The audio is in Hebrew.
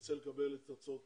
נרצה לקבל את תוצאות